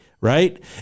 right